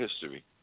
history